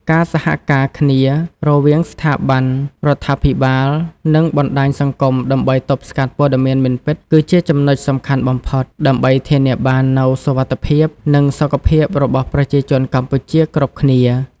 ការសហការគ្នារវាងស្ថាប័នរដ្ឋាភិបាលនិងបណ្តាញសង្គមដើម្បីទប់ស្កាត់ព័ត៌មានមិនពិតគឺជាចំណុចសំខាន់បំផុត ដើម្បីធានាបាននូវសុវត្ថិភាពនិងសុខភាពរបស់ប្រជាជនកម្ពុជាគ្រប់គ្នា។